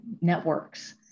networks